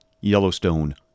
Yellowstone